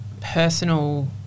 personal